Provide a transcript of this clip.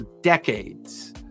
decades